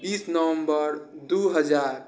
बीस नवम्बर दू हजार